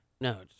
No